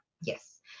Yes